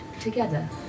together